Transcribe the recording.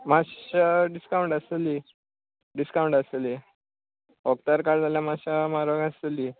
मातशें डिस्कावंट आसतली डिसकावण्ट आसतली ओप्तार काड जाल्यार मातशे म्हारग आसतली